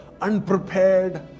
unprepared